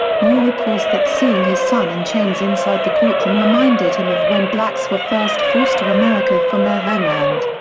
moore recalls that seeing his son in chains inside the courtroom reminded him of when blacks were first forced to america from their homeland.